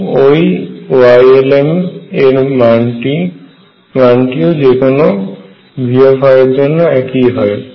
এবং ওই Ylm এর মানটি ও যেকোনো V এর জন্য একই হয়